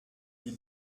die